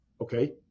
Okay